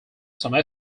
some